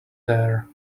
there